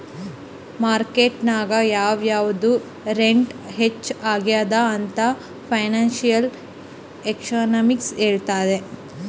market ನಾಗ್ ಯಾವ್ ಯಾವ್ದು ರೇಟ್ ಹೆಚ್ಚ ಆಗ್ಯವ ಅಂತ್ ಫೈನಾನ್ಸಿಯಲ್ ಎಕನಾಮಿಕ್ಸ್ ಹೆಳ್ತುದ್